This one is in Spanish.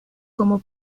como